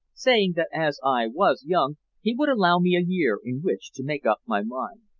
saying that as i was young he would allow me a year in which to make up my mind.